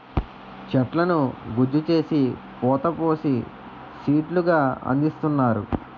చెట్లను గుజ్జు చేసి పోత పోసి సీట్లు గా అందిస్తున్నారు